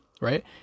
right